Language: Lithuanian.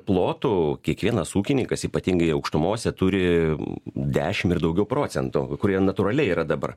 plotų kiekvienas ūkininkas ypatingai aukštumose turi dešimt ir daugiau procentų kurie natūraliai yra dabar